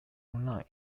online